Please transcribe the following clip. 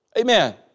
Amen